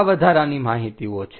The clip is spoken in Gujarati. આ વધારાની માહિતીઓ છે